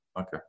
Okay